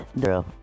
Girl